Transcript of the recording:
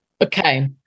Okay